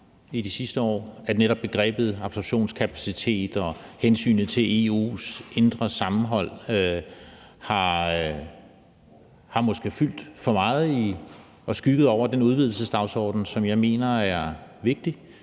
de sidste år, og at netop begrebet absorptionskapacitet og hensynet til EU's indre sammenhold måske har fyldt for meget og skygget over den udvidelsesdagsorden, som jeg mener er vigtig